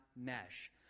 mesh